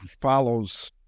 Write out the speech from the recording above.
follows